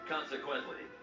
Consequently